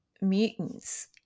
mutants